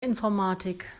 informatik